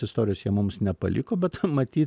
istorijos jie mums nepaliko bet matyt